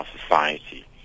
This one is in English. society